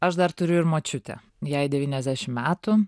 aš dar turiu ir močiutę jai devyniasdešim metų